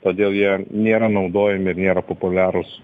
todėl jie nėra naudojami ir nėra populiarūs